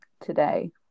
today